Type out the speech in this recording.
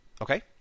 Okay